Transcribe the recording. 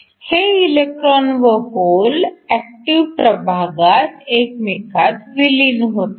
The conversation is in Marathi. हे इलेक्ट्रॉन व होल ऍक्टिव्ह प्रभागात एकमेकांत विलीन होतात